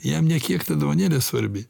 jam nė kiek ta dovanėlė svarbi